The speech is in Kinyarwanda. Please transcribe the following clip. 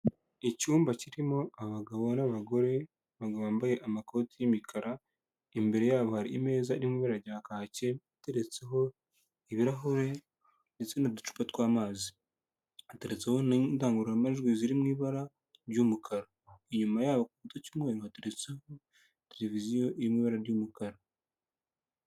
Icyumba kirimo abagabo n'abagore bambaye amakoti y'imikara, imbere yabo hari imeza iri mu ibara rya kake, iteretseho ibirahure ndetse n'ducupa tw'amazi. Hateretseho indangururamajwi ziri mu ibara ry'umukara, inyuma yaho ku gikuta cy'umweru hateretseho televiziyo iri mu ibara ry'umukara.